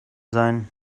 sein